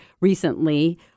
recently